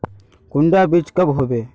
कुंडा बीज कब होबे?